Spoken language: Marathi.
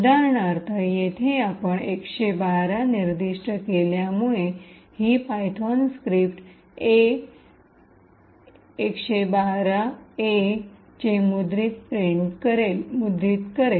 उदाहरणार्थ येथे आपण 112 निर्दिष्ट केल्यामुळे ही पायथोन स्क्रिप्ट ए 112 ए चे मुद्रित प्रिंट करेन